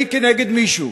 אז אותנו מוציאים מהגדר,